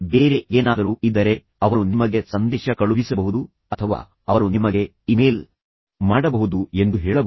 ಬೇರೆ ಏನಾದರೂ ಇದ್ದರೆ ಅವರು ನಿಮಗೆ ಸಂದೇಶ ಕಳುಹಿಸಬಹುದು ಅಥವಾ ಅವರು ನಿಮಗೆ ಇಮೇಲ್ ಮಾಡಬಹುದು ಎಂದು ನೀವು ಅವರಿಗೆ ಹೇಳಬಹುದು